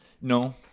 No